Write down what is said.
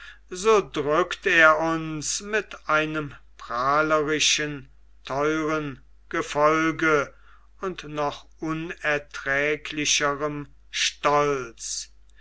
so drückt er uns mit einem prahlerischen theuren gefolge und noch unerträglicherm stolz